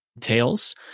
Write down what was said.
tales